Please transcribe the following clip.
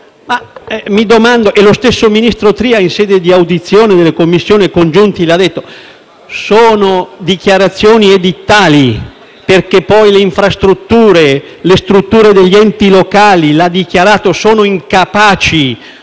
Mi domando, e lo stesso ministro Tria in sede di audizione delle Commissioni congiunte l'ha detto: sono dichiarazioni edittali? Infatti, poi, le infrastrutture e le strutture degli enti locali - come ha dichiarato - sono incapaci